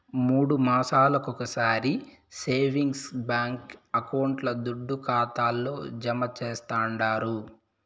మూడు మాసాలొకొకసారి సేవింగ్స్ బాంకీ అకౌంట్ల దుడ్డు ఖాతాల్లో జమా చేస్తండారు